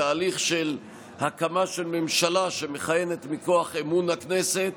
בתהליך של הקמה של ממשלה שמכהנת מכוח אמון הכנסת,